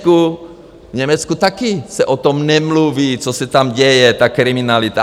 V Německu taky se o tom nemluví, co se tam děje, ta kriminalita.